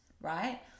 right